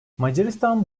macaristan